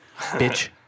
Bitch